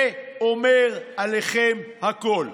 זה אומר עליכם הכול.